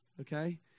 okay